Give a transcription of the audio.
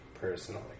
personally